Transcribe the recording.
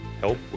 help